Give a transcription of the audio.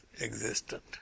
existent